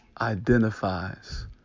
identifies